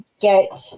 get